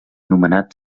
nomenat